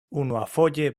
unuafoje